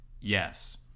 Yes